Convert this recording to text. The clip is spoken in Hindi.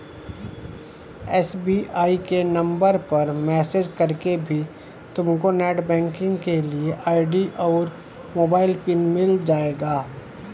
एस.बी.आई के नंबर पर मैसेज करके भी तुमको नेटबैंकिंग के लिए आई.डी और मोबाइल पिन मिल जाएगा